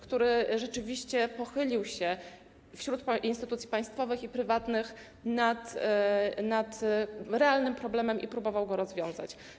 który rzeczywiście pochylił się wśród instytucji państwowych i prywatnych nad realnym problemem i próbował go rozwiązać.